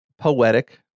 poetic